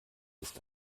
ist